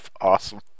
Awesome